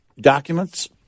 documents